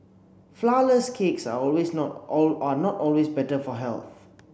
flourless cakes are always not are not always better for health